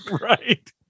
right